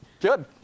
good